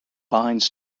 binds